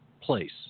place